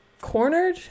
cornered